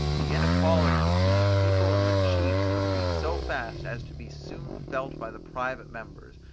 the inequality between the people and the chiefs increase so fast as to be soon felt by the private members,